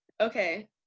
Okay